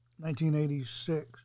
1986